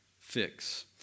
fix